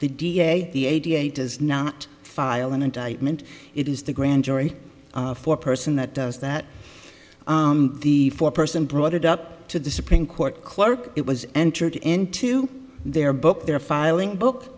da da da does not file an indictment it is the grand jury for person that does that the four person brought it up to the supreme court clerk it was entered into their book their filing book